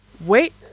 wait